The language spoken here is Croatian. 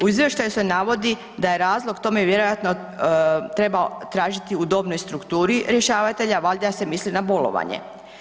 U izvještaju se navodi da je razlog tome vjerojatno trebao tražiti u dobnoj strukturi rješavatelja, valjda se misli na bolovanje.